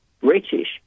British